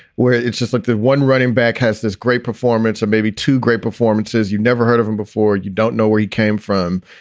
where it's just like the one running back has this great performance and maybe two great performances. you've never heard of him before. you don't know where he came from.